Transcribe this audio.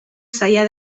zaila